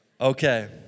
Okay